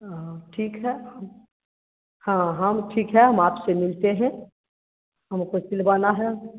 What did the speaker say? हाँ ठीक है हम हाँ हम ठीक है हम आपसे मिलते हैं हमको सिलवाना है अब